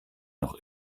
noch